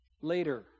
later